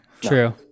true